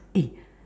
eh